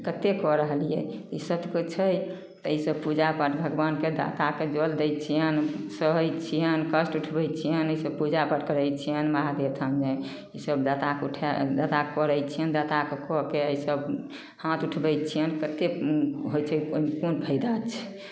कतेक कऽ रहलियै इसभ कोइ छै तऽ इसभ पूजा पाठ भगवानके दाताके जल दै छियनि सहै छियनि कष्ट उठबै छियनि इसभ पूजा पाठ करै छियनि महादेव थानमे इसभ दाताके उठाए दाताके करै छियनि दाताके कऽ कऽ इसभ हाथ उठबै छियनि कतेक होइ छै ओहिमे कोन फाइदा छै